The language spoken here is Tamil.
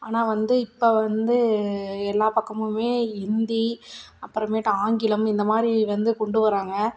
ஆனால் வந்து இப்போ வந்து எல்லா பக்கமுமே ஹிந்தி அப்புறமேட்டு ஆங்கிலம் இந்தமாதிரி வந்து கொண்டுவராங்க